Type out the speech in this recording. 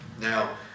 Now